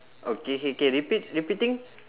okay K K repeat repeating